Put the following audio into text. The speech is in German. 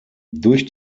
durch